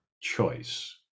choice